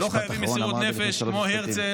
"משפט אחרון" אמרת לפני,